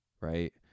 right